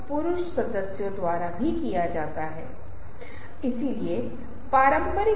ठीक है और इसके बाद हम दूसरे पहलू पर जाते हैं जिस पर हम डर के अपील पर चर्चा कर रहे हैं